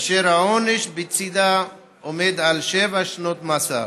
אשר העונש בצידה עומד על שבע שנות מאסר.